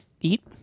eat